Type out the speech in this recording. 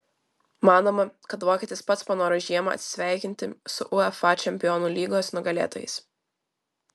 manoma kad vokietis pats panoro žiemą atsisveikinti su uefa čempionų lygos nugalėtojais